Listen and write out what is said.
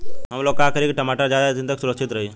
हमलोग का करी की टमाटर ज्यादा दिन तक सुरक्षित रही?